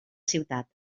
ciutat